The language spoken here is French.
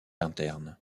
interne